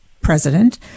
president